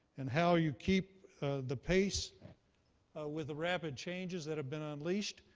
and how you keep the pace with the rapid changes that have been unleashed,